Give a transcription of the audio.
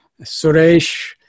Suresh